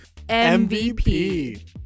MVP